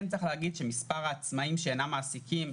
צריך להגיד שמספר העצמאים שאינם מעסיקים,